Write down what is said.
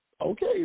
okay